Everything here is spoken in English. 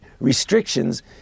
restrictions